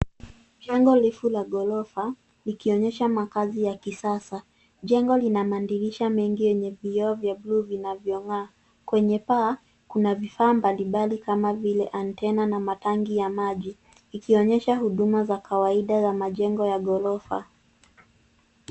Jengo refu la ghorofa likionyesha makazi ya kisasa. Jengo lina madirisha mengi yenye vioo vya bluu vinavyongaa. Kwenye paa, kuna vifaa mbalimbali kama vile antena na matangi ya maji, likionyesha huduma za kawaida za majengo ya ghorofa.